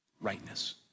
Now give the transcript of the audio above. rightness